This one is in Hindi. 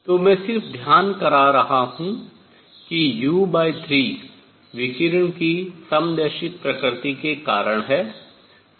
तो मैं सिर्फ ध्यान करा रहा हूँ कि u3 विकिरण की समदैशिक प्रकृति के कारण है